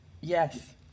Yes